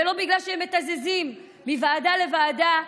ולא בגלל שהם מתזזים מוועדה לוועדה,